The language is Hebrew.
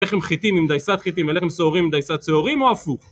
לחם חיטים עם דייסת חיטים ולחם שעורים עם דייסת שעורים או הפוך?